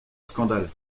scandale